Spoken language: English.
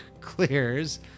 clears